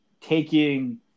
taking